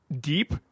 deep